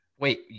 Wait